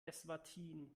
eswatini